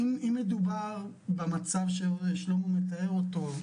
ללא קשר למגזר אליו הם שייכים.